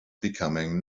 becoming